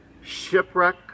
shipwreck